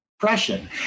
depression